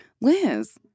Liz